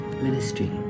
Ministry